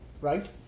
Right